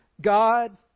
God